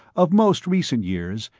of most recent years,